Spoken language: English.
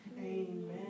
Amen